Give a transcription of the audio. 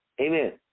Amen